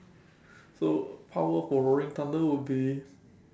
so power for roaring thunder would be